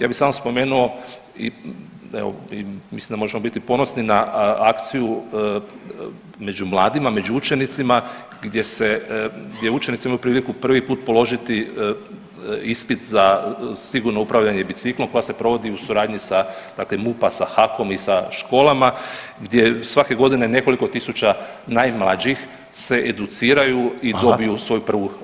Ja bih samo spomenuo, mislim da možemo biti ponosni na akciju među mladima, među učenicima gdje učenici imaju priliku prvi put položiti ispit za sigurno upravljanje biciklom koja se provodi u suradnji sa dakle MUP-a sa HAK-om i sa školama, gdje svake godine nekoliko tisuća najmlađih se educiraju i dobiju svoju prvu dozvolu.